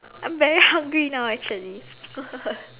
I'm very hungry now actually